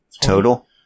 total